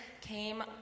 came